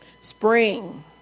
Spring